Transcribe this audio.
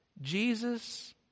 Jesus